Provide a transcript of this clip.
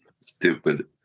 stupid